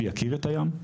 שיכיר את הים.